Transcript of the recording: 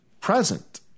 present